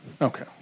Okay